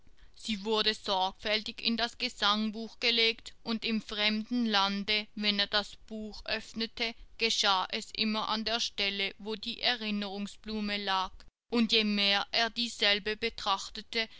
sie wurde sorgfältig in das gesangbuch gelegt und im fremden lande wenn er das buch öffnete geschah es immer an der stelle wo die erinnerungsblume lag und je mehr er dieselbe betrachtete